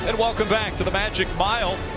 and welcome back to the magic mile.